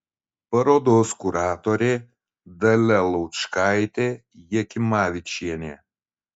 parodos kuratorė dalia laučkaitė jakimavičienė